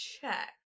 check